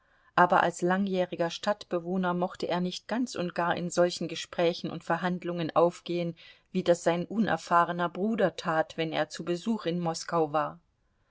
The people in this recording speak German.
aber als langjähriger stadtbewohner mochte er nicht ganz und gar in solchen gesprächen und verhandlungen aufgehen wie das sein unerfahrener bruder tat wenn er zu besuch in moskau war